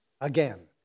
again